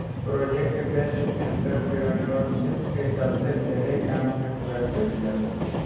project based entrepreneurship के चलते ढेरे काम के पूरा कईल जाता